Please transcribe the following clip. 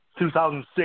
2006